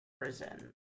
Prison